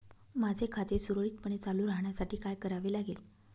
माझे खाते सुरळीतपणे चालू राहण्यासाठी काय करावे लागेल?